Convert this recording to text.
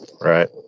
right